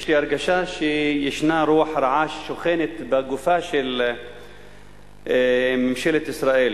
יש לי הרגשה שרוח רעה שוכנת בגופה של ממשלת ישראל,